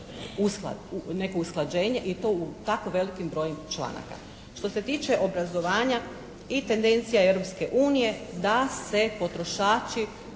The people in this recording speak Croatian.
neko usklađenje i to u tako velikom broju članaka. Što se tiče obrazovanja i tendencija Europske unije da se potrošači